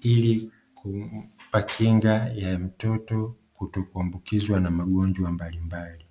ilikumpa kinga ya mtoto kutoku ambukizwa na magonjwa mbalimbali.